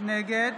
נגד